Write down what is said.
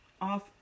off